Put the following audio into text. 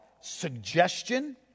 suggestion